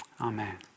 Amen